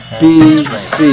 bc